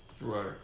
Right